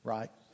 Right